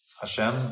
Hashem